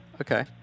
Okay